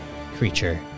creature